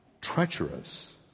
treacherous